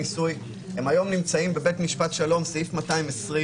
הם היום נמצאים בבית משפט שלום, סעיף 220,